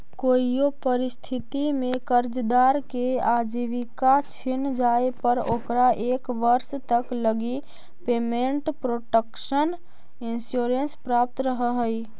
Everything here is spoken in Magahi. कोइयो परिस्थिति में कर्जदार के आजीविका छिन जाए पर ओकरा एक वर्ष तक लगी पेमेंट प्रोटक्शन इंश्योरेंस प्राप्त रहऽ हइ